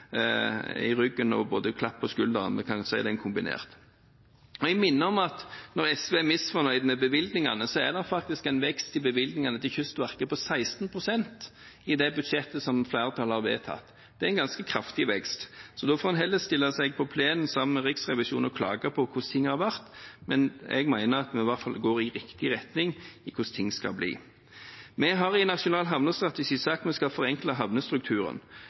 i ryggen og klapp på skulderen – vi kan jo si det er kombinert. Jeg minner om at selv om SV er misfornøyd med bevilgningene, er det faktisk en vekst i bevilgningene til Kystverket på 16 pst. i det budsjettet som flertallet har vedtatt. Det er en ganske kraftig vekst. Da får en heller stille seg opp på plenen sammen med Riksrevisjonen og klage på hvordan ting har vært. Men jeg mener at vi i hvert fall går i riktig retning med hensyn til hvordan det skal bli. Vi har sagt i nasjonal havnestrategi at vi skal forenkle